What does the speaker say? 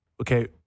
okay